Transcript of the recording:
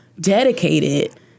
dedicated